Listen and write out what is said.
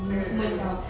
mm mm